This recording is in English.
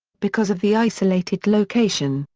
because of the isolated location,